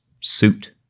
suit